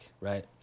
right